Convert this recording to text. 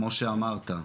כמו שאמרת,